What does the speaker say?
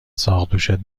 ساقدوشت